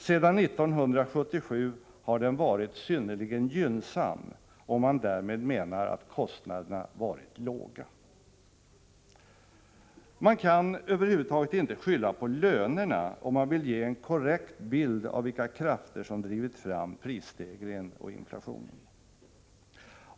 Sedan 1977 har den varit synnerligen gynnsam, om man därmed menar att kostnaderna varit låga. Man kan över huvud taget inte skylla på lönerna om man vill ge en korrekt bild av vilka krafter som drivit fram prisstegringen och inflationen.